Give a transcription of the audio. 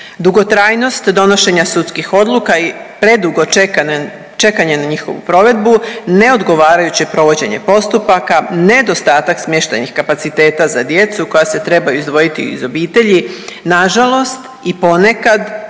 Dugotrajnost donošenja sudskih odluka i predugo čekanje na njihovu provedbu, neodgovarajuće provođenje postupaka, nedostatak smještajnih kapaciteta za djecu koja se trebaju izdvojiti iz obitelji nažalost i ponekad